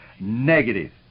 negative